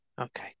Okay